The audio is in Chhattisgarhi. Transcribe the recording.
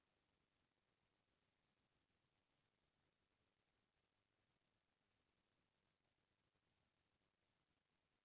बेंक ले लोन स्टेटमेंट निकलवाबे त पता चलथे के कतका पइसा जमा हो गए हे अउ कतका जमा करे ल बांचे हे